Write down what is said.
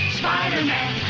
spider-man